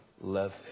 love